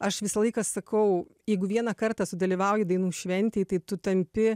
aš visą laiką sakau jeigu vieną kartą sudalyvauji dainų šventėj tai tu tampi